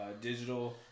digital